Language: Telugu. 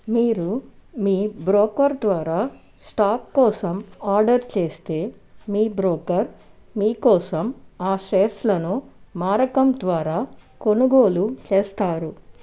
మీరు మీ బ్రోకర్ ద్వారా స్టాక్ కోసం ఆర్డర్ చేస్తే మీ బ్రోకర్ మీ కోసం ఆ షేర్స్లను మారకం ద్వారా కొనుగోలు చేస్తారు